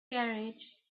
carriage